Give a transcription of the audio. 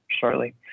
shortly